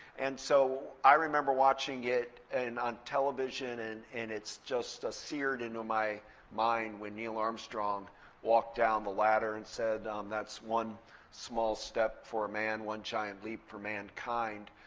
and so i remember watching it and on television. and and it's just seared into my mind when neil armstrong walked down the ladder and said, that's one small step for man, one giant leap for mankind.